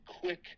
quick